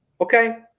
Okay